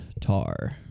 Tar